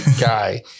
guy